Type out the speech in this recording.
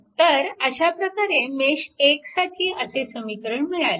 तर अशा प्रकारे मेश 1 साठी असे समीकरण मिळाले